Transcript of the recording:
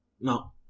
No